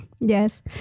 Yes